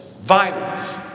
Violence